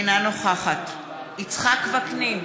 אינה נוכחת יצחק וקנין,